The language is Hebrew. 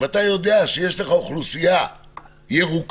ואתה יודע שיש לך אוכלוסייה ירוקה,